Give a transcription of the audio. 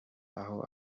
aho